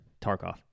tarkov